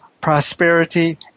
prosperity